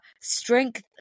strength